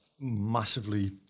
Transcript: massively